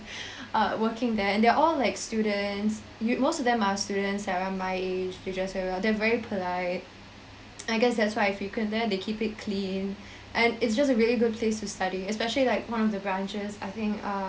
uh working there and they are all like students you most of them are students around my age they dress well they're very polite I guess that's why I frequent there they keep it clean and it's just a really good place to study especially like one of the branches I think uh